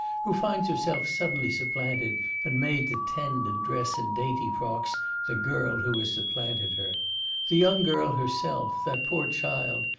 who finds herself suddenly supplanted and made to tend and dress in dainty frocks the girl who has supplanted her the young girl herself, that poor child,